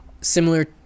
similar